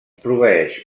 proveeix